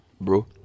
Bro